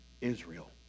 Israel